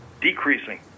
decreasing